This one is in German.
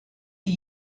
die